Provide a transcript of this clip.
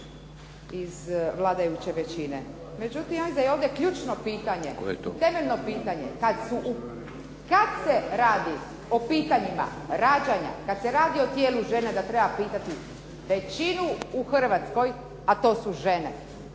iz vladajuće većine. Međutim ja mislim da je ovdje ključno pitanje, temeljno pitanje kad se radi o pitanjima rađanja, kad se radi o tijelu žene da treba pitati većinu u Hrvatskoj, a to su žene.